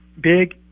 big